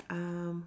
umm